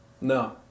No